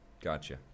gotcha